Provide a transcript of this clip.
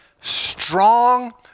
strong